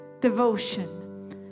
devotion